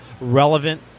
relevant